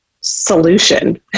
solution